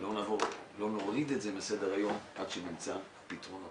ולא נוריד את זה מסדר היום עד שנמצא פתרונות.